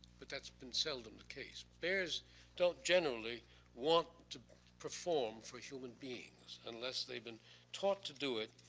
but that's been seldom the case. bears don't generally want to perform for human beings, unless they've been taught to do it,